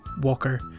walker